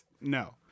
No